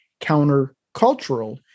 countercultural